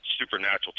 supernatural